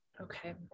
Okay